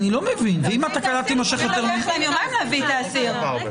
הרבה